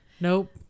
nope